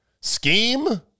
Scheme